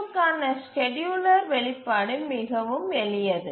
EDF க்கான scheduler வெளிப்பாடு மிகவும் எளிது